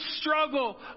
struggle